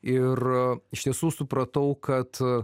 ir iš tiesų supratau kad